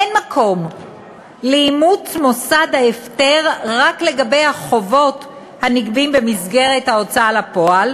אין מקום לאימוץ מוסד ההפטר רק לגבי החובות הנגבים במסגרת ההוצאה לפועל.